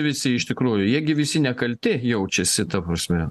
visi iš tikrųjų jie gi visi nekalti jaučiasi ta prasme